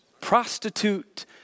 Prostitute